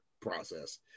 process